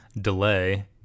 delay